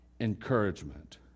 encouragement